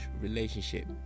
relationship